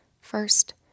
First